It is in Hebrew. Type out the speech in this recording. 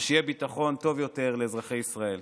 ושיהיה ביטחון טוב יותר לאזרחי ישראל.